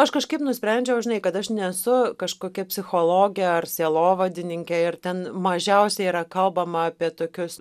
aš kažkaip nusprendžiau žinai kad aš nesu kažkokia psichologė ar sielovadininkė ir ten mažiausiai yra kalbama apie tokius